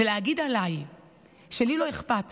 להגיד עליי שלי לא אכפת